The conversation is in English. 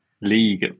league